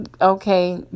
okay